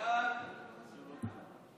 בעד, 44, אין מתנגדים.